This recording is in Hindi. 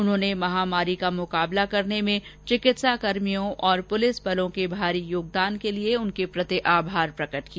उन्होंने महामारी का मुकाबला करने में चिकित्साकर्मियों और पुलिसबलों के भारी योगदान के लिए उनके प्रति आभार प्रकट किया